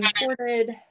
imported